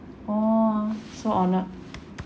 oh !whoa! so honoured